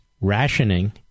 rationing